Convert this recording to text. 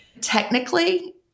technically